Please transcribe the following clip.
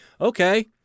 Okay